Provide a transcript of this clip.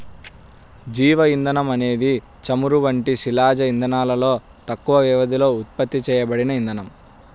జీవ ఇంధనం అనేది చమురు వంటి శిలాజ ఇంధనాలలో తక్కువ వ్యవధిలో ఉత్పత్తి చేయబడిన ఇంధనం